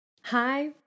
Hi